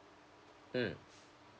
mm